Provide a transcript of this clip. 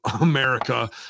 America